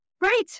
Right